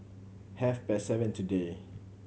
half past seven today